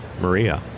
Maria